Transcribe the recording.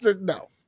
no